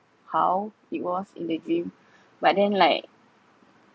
how it was in the dream but then like